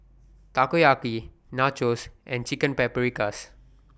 Takoyaki Nachos and Chicken Paprikas